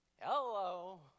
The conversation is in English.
Hello